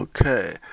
Okay